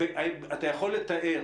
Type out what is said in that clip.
אתה יכול לתאר,